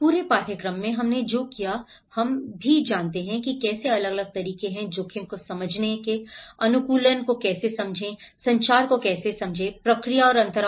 पूरे पाठ्यक्रम में हमने जो किया वह हम भी जानते हैं कि कैसे अलग अलग तरीके हैं जोखिम को समझें अनुकूलन को कैसे समझें संचार को कैसे समझें प्रक्रिया अंतराल